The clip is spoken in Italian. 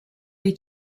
dei